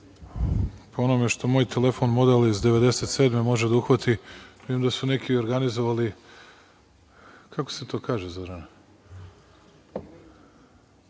po onome što moj telefon, model iz 1997. godine može da uhvati, vidim da su neki organizovali, kako se to kaže, Zorana,